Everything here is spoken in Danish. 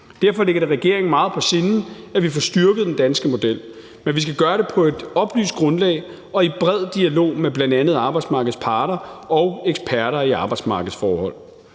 Derfor ligger det regeringen meget på sinde, at vi får styrket den danske model, men vi skal gøre det på et oplyst grundlag og i bred dialog med bl.a. arbejdsmarkedets parter og eksperter i arbejdsmarkedsforhold.